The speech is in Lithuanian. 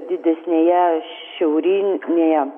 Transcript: didesnėje šiaurinėje